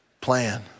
plan